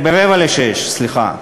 ב-17:45, סליחה.